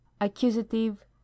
accusative